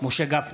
משה גפני,